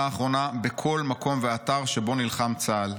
האחרונה בכל מקום ואתר שבו נלחם צה"ל,